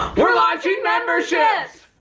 we're launching memberships